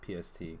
PST